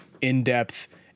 in-depth